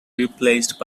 replaced